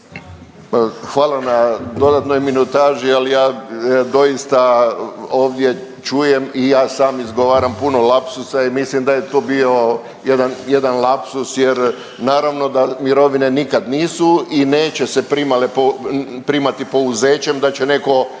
Hvala na dodatnoj minutaži, ali ja doista ovdje čujem i ja sam izgovaram puno lapsusa i mislim da je tu bio jedan lapsus jer naravno da mirovine nikad nisu i neće se primale po, primati pouzećem, da će netko